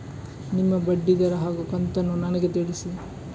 ನಿಮ್ಮ ಬಡ್ಡಿದರ ಹಾಗೂ ಕಂತನ್ನು ನನಗೆ ತಿಳಿಸಿ?